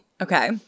Okay